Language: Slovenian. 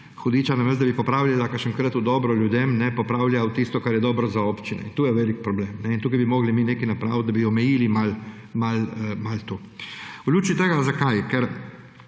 hudiča, namesto da bi popravila kakšenkrat v dobro ljudem, popravlja v tisto, kar je dobro za občine. To je velik problem in tukaj bi mogli mi nekaj napraviti, da bi omejili malo to. V luči tega. Zakaj?